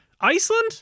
Iceland